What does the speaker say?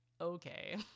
okay